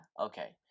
Okay